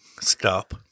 Stop